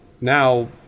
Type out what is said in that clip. now